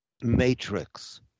matrix